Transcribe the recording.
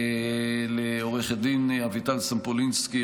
לעו"ד אביטל סומפולינסקי,